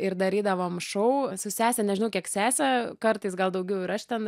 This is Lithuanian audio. ir darydavom šou su sese nežinau kiek sesė kartais gal daugiau ir aš ten